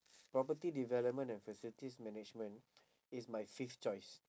property development and facilities management is my fifth choice